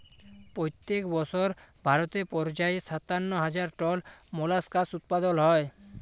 পইত্তেক বসর ভারতে পর্যায়ে সাত্তান্ন হাজার টল মোলাস্কাস উৎপাদল হ্যয়